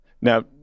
Now